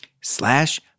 slash